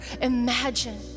imagine